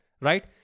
right